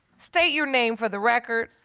state your name for the record.